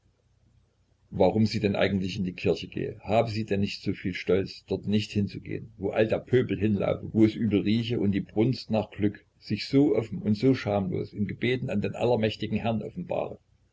warum sie denn eigentlich in die kirche gehe habe sie denn nicht so viel stolz dort nicht hinzugehen wo all der pöbel hinlaufe wo es übel rieche und die brunst nach glück sich so offen und so schamlos in gebeten an den allmächtigen herrn offenbare